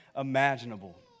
imaginable